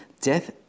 death